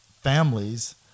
families